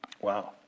Wow